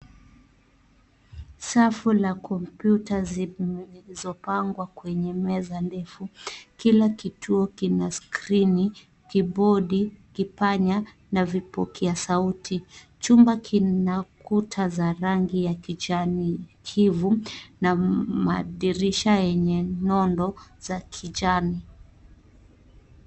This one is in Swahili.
Safu la kompyuta zilizopangwa kwenye meza ndefu, kila kituo kina skrini, kibodi, kipanya na vipokea sauti. Chumba kina kuta za rangi ya kijani kivu na madirisha yenye nondo za kijani.